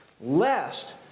lest